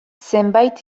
zenbait